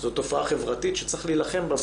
זו תופעה חברתית שצריך להילחם בה.